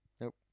Nope